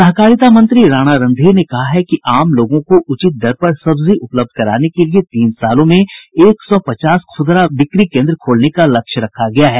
सहकारिता मंत्री राणा रंधीर ने कहा है कि आम लोगों को उचित दर पर सब्जी उपलब्ध कराने के लिए तीन सालों में एक सौ पचास खुदरा बिक्री केन्द्र खोलने का लक्ष्य रखा गया है